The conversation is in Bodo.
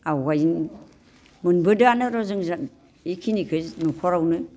आवगोल जों मोनबोदोंआनोर' जों बेखिनिखौ न'खरावनो